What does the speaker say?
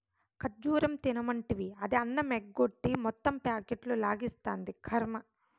ఖజ్జూరం తినమంటివి, అది అన్నమెగ్గొట్టి మొత్తం ప్యాకెట్లు లాగిస్తాంది, కర్మ